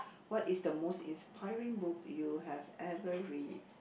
what is the most inspiring book you have ever read